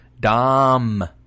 Dom